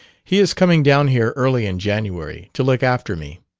he is coming down here early in january. to look after me.